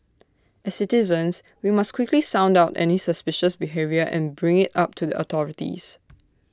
as citizens we must quickly sound out any suspicious behaviour and bring IT up to the authorities